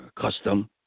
custom